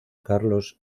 carlos